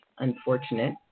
unfortunate